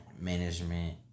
management